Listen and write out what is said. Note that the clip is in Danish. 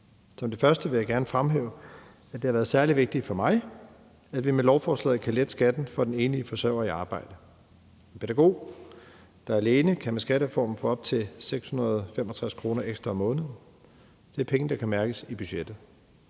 Som det første vil jeg gerne fremhæve, at det har været særlig vigtigt for mig, at vi med lovforslaget kan lette skatten for den enlige forsørger i arbejde. En pædagog, der er alene, kan med skattereformen få op til 665 kr. ekstra om måneden, og det er penge, der kan mærkes i budgettet.